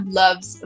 loves